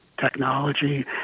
technology